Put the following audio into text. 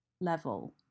level